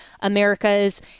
America's